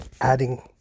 adding